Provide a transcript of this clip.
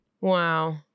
Wow